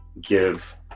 give